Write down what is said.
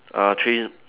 err three